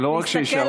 לא רק שיישארו,